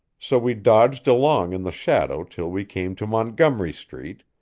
so we dodged along in the shadow till we came to montgomery street,